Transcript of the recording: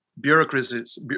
bureaucracies